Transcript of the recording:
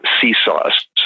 seesaws